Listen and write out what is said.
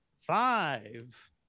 Five